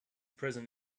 present